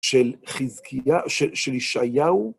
של חזקיה, של ישעיהו.